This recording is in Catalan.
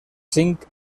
cinc